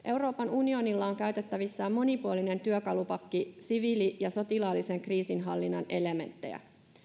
unionilla on käytettävissään monipuolinen työkalupakki siviili ja sotilaallisen kriisinhallinnan elementtejä